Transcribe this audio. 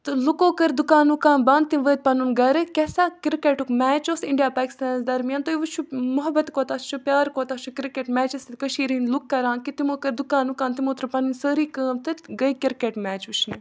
تہٕ لُکو کٔر دُکان وُکان بنٛد تِم وٲتۍ پَنُن گَرٕ کیٛاہ سا کِرکَٹُک میچ اوس اِنڈیا پاکِستانَس درمیان تُہۍ وٕچھِو محبت کوٗتاہ چھُ پیار کوتاہ چھُ کِرکَٹ مٮ۪چَس سۭتۍ کٔشیٖرِ ہِنٛدۍ لُکھ کَران کہِ تِمو کٔرۍ دُکان وُکان تِمو ترٛوو پَنٕنۍ سٲری کٲم تہِ گٔے کِرکَٹ میچ وٕچھنہِ